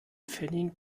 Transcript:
pfennig